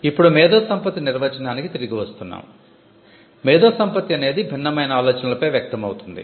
ఇప్పుడు మేధో సంపత్తి నిర్వచనానికి తిరిగి వస్తున్నాము మేధో సంపత్తి అనేది భిన్నమైన ఆలోచనలపై వ్యక్తం అవుతుంది